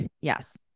Yes